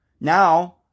now